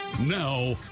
now